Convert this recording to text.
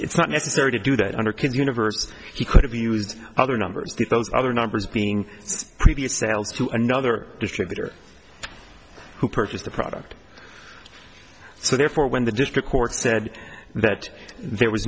it's not necessary to do that under kids universe he could have used other numbers those other numbers being previous sales to another distributor who purchased the product so therefore when the district court said that there was